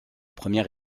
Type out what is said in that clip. premier